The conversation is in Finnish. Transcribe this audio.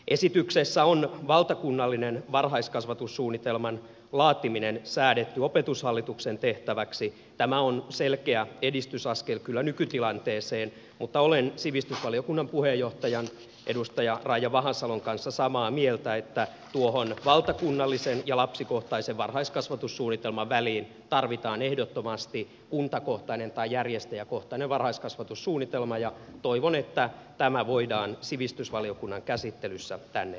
esityksessä on valtakunnallinen varhaiskasvatussuunnitelman laatiminen säädetty opetushallituksen tehtäväksi tämä on kyllä selkeä edistysaskel nykytilanteeseen mutta olen sivistysvaliokunnan puheenjohtajan edustaja raija vahasalon kanssa samaa mieltä että tuohon valtakunnallisen ja lapsikohtaisen varhaiskasvatussuunnitelman väliin tarvitaan ehdottomasti kuntakohtainen tai järjestäjäkohtainen varhaiskasvatussuunnitelma ja toivon että tämä voidaan sivistysvaliokunnan käsittelyssä tänne lisätä